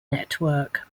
network